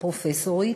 פרופסורית